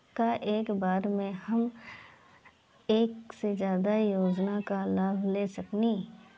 का एक बार में हम एक से ज्यादा योजना का लाभ ले सकेनी?